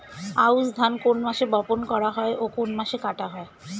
আউস ধান কোন মাসে বপন করা হয় ও কোন মাসে কাটা হয়?